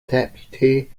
deputy